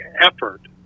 effort